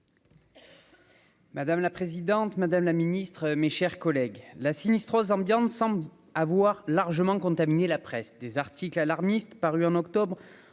Madame la présidente, madame la ministre, mes chers collègues, la sinistrose ambiante semble avoir largement contaminées la presse des articles alarmistes, paru en octobre,